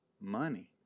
money